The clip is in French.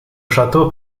château